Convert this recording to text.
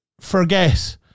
forget